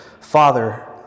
Father